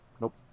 Nope